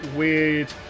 weird